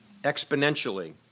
exponentially